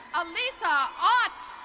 allyssa ott.